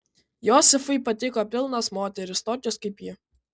josifui patiko pilnos moterys tokios kaip ji